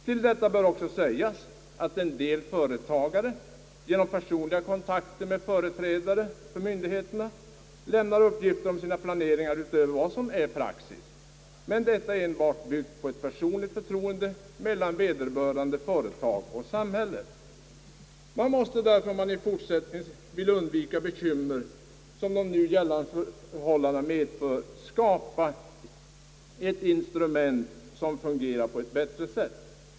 Till detta bör också sägas, att en del företagare genom personliga kontakter med företrädare för myndigheterna lämnar uppgifter om sina planeringar utöver vad som är praxis. Men detta är enbart byggt på ett personligt förtroende mellan vederbörande företag och samhälle. Man måste därför, om man i fortsättningen vill undvika bekymmer som nu gällande förhållanden medför, skapa ett instrument som fungerar på ett bättre sätt.